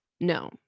no